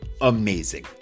amazing